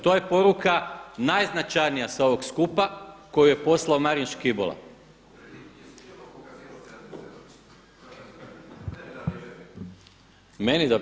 To je poruka najznačajnija sa ovog skupa koju je poslao Marin Škibola. … [[Upadica se ne čuje.]] Meni da?